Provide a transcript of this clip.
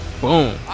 Boom